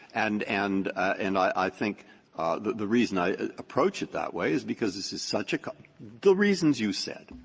and and and i i think the the reason i approach it that way is because this is such a the reasons you said.